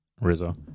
Rizzo